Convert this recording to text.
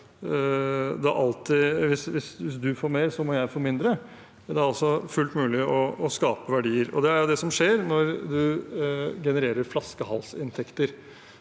hvis du får mer, så må jeg få mindre. Det er altså fullt mulig å skape verdier, og det er det som skjer når man genererer flaskehalsinntekter.